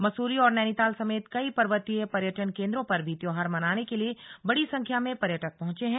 मसूरी और नैनीताल समेत कई हिल पर्वतीय पर्यटन केंद्रों पर भी त्योहार मनाने के लिए बड़ी संख्या में पर्यटक पहंचे हैं